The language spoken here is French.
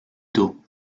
d’eau